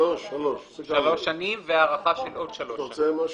שלוש שנים והארכה של עוד שלוש שנים.